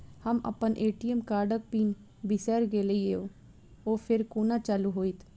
हम अप्पन ए.टी.एम कार्डक पिन बिसैर गेलियै ओ फेर कोना चालु होइत?